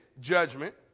judgment